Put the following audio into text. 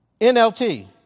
NLT